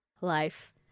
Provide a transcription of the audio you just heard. Life